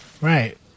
Right